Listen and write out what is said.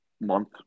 month